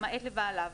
למעט לבעליו,